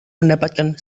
mendapatkan